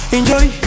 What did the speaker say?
Enjoy